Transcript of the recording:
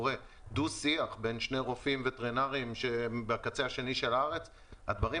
דו-שיח בני שני רופאים וטרינריים בשני קצוות הארץ הדברים